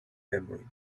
memory